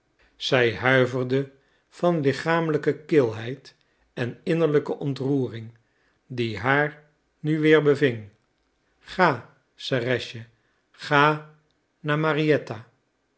zij huiverde van lichamelijke kilheid en innerlijke ontroering die haar nu weer beving ga serëscha ga naar marietta